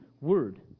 Word